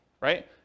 right